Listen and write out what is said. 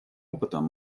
опытом